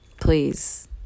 please